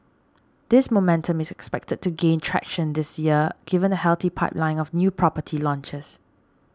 this momentum is expected to gain traction this year given a healthy pipeline of new property launches